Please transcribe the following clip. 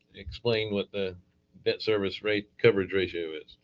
explain what the bet service rate coverage ratio is.